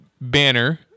Banner